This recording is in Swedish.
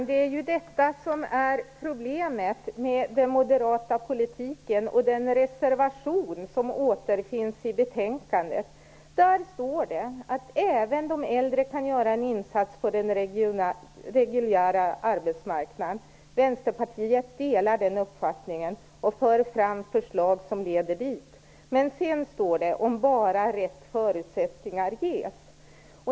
Fru talman! Detta är problemet med den moderata politiken och den reservation som återfinns i betänkandet. Där står det att även de äldre kan göra en insats på den reguljära arbetsmarknaden. Vänsterpartiet delar den uppfattningen och för fram förslag som leder dit. Men sedan står det "om bara rätt förutsättningar ges".